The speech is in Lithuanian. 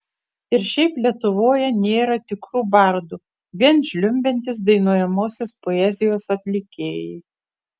ir šiaip lietuvoje nėra tikrų bardų vien žliumbiantys dainuojamosios poezijos atlikėjai